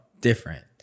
different